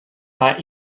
war